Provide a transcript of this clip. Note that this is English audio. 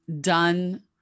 done